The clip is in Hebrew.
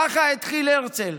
ככה התחיל הרצל.